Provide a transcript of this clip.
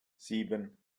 sieben